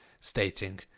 stating